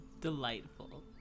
Delightful